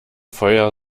feuer